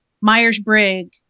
Myers-Briggs